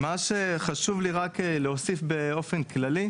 באופן כללי,